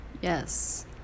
Yes